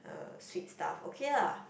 um sweet stuff okay lah